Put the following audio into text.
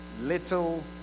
little